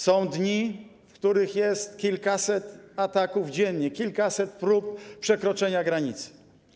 Są dni, w których jest kilkaset ataków dziennie, kilkaset prób przekroczenia granicy.